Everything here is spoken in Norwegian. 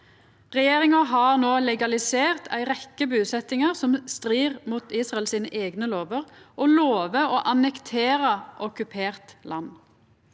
Regjeringa har no legalisert ei rekkje busetjingar som strir mot Israels eigne lover, og lover å annektera okkupert land.